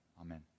amen